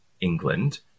England